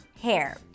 hair